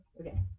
okay